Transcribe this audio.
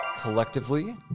Collectively